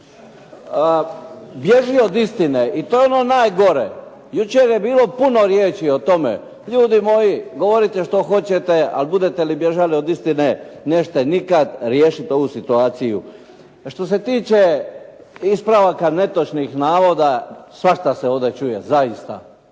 bježi od istine i to je ono najgore. Jučer je bilo puno riječi o tome. Ljudi moji govorite što hoćete, ali budete li bježali od istine nećete nikad riješiti ovu situaciju. Što se tiče ispravaka netočnih navoda, svašta se ovdje čuje zaista.